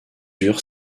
eurent